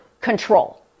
control